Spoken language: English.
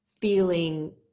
feeling